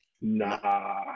Nah